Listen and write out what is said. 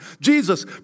Jesus